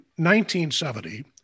1970